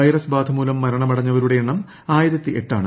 virus ബാധ മൂലം മരണമടഞ്ഞവരുടെ എണ്ണം ആയിരത്തി എട്ടാണ്